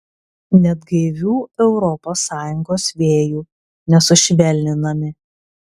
net gaivių europos sąjungos vėjų nesušvelninami